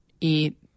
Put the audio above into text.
eat